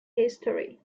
history